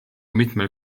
mitmel